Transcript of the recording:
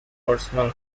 personal